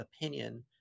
opinion